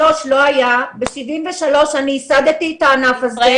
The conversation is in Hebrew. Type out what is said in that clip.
עד 1973 זה לא היה וב-1973 אני ייסדתי את הענף הזה.